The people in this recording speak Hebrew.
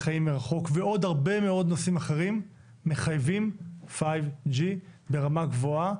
חיים מרחוק ועוד הרבה מאוד נושאים אחרים מחייבים 5G ברמה גבוהה,